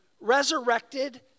resurrected